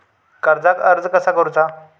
कर्जाक अर्ज कसा करुचा?